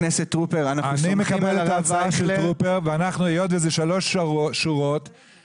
אם אנחנו היום לא מתקדמים אנחנו פשוט לא